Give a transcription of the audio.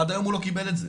עד היום הוא לא קיבל את זה.